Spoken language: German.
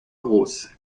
groß